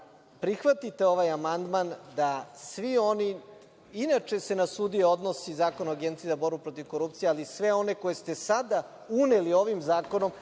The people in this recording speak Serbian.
prihvatite ovaj amandman da svi oni, inače se na sudije odnosi Zakon o Agenciji za borbu protiv korupcije, ali sve one koje ste sada uneli ovim zakonom